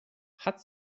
hat